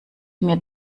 mir